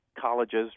colleges